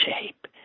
shape